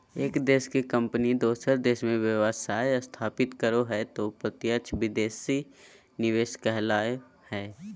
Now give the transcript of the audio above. एक देश के कम्पनी दोसर देश मे व्यवसाय स्थापित करो हय तौ प्रत्यक्ष विदेशी निवेश कहलावय हय